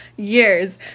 Years